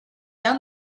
down